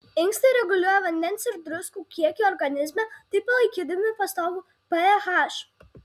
inkstai reguliuoja vandens ir druskų kiekį organizme taip palaikydami pastovų ph